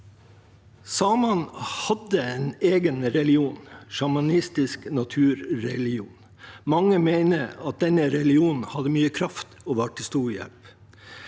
Samene hadde en egen religion, en sjamanistisk naturreligion. Mange mener at denne religionen hadde mye kraft og var til stor hjelp.